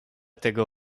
tego